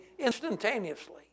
instantaneously